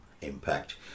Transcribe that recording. impact